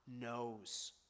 knows